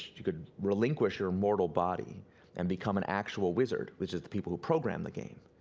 you could relinquish your mortal body and become an actual wizard, which is the people who program the game.